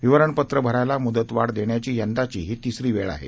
विवरण पत्र भरायाला मुदतवाढ देण्याची यंदाची ही तिसरी वेळ आहे